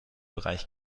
bereich